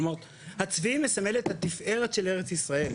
כלומר, הצבי מסמל את התפארת של ארץ ישראל.